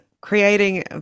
creating